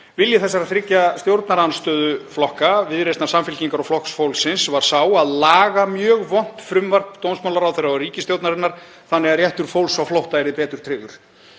Vilji þessara þriggja stjórnarandstöðuflokka, Viðreisnar, Samfylkingar og Flokks fólksins, var sá að laga mjög vont frumvarp dómsmálaráðherra og ríkisstjórnarinnar þannig að réttur fólks á flótta yrði betur tryggður.